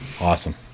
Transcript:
Awesome